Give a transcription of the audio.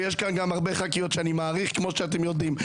ויש כאן הרבה ח"כיות שאני מעריך כמו שאתם יודעים.